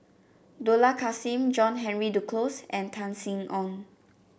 Dollah Kassim John Henry Duclos and Tan Sin Aong